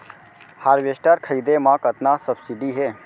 Harvester खरीदे म कतना सब्सिडी हे?